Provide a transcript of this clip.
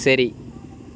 சரி